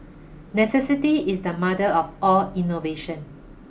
necessity is the mother of all innovation